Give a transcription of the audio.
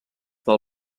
del